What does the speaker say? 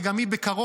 וגם היא בקרוב,